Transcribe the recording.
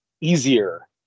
easier